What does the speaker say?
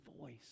voice